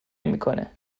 نمیکنه